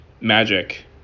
magic